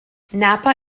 napa